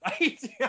Right